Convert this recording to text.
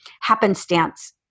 happenstance